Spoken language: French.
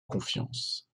confiance